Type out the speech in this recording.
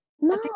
No